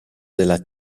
della